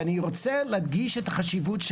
אני רוצה להדגיש את החשיבות,